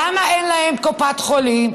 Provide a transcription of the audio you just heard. למה אין להם קופת חולים,